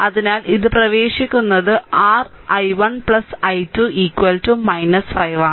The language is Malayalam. അതിനാൽ ഇത് പ്രവേശിക്കുന്നു r i1 i2 5